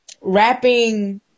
rapping